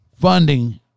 funding